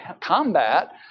combat